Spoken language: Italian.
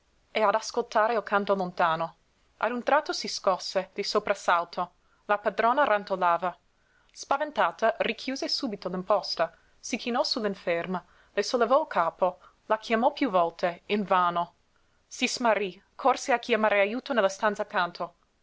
e ad ascoltare il canto lontano a un tratto si scosse di soprassalto la padrona rantolava spaventata richiuse subito l'imposta si chinò su l'inferma le sollevò il capo la chiamò piú volte invano si smarrí corse a chiamare ajuto nella stanza accanto